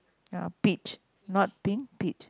ya peach not pink peach